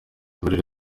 uburere